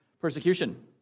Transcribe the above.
persecution